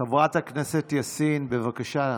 חברת הכנסת יאסין, בבקשה.